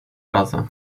praze